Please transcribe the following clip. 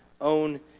own